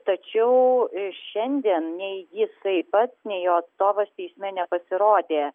tačiau šiandien nei jisai pats nei jo atstovas teisme nepasirodė